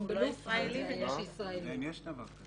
לא יודע אם יש דבר כזה.